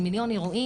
רואים,